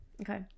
Okay